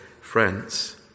friends